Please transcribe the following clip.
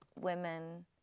women